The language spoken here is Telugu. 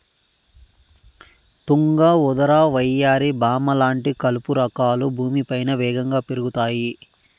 తుంగ, ఉదర, వయ్యారి భామ లాంటి కలుపు రకాలు భూమిపైన వేగంగా పెరుగుతాయి